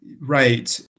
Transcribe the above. right